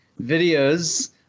videos